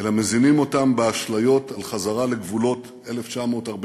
אלא מזינים אותם באשליות על חזרה לגבולות 1948,